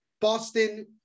Boston